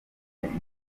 benshi